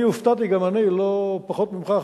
אני הופתעתי גם אני לא פחות ממך,